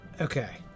Okay